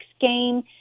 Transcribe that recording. game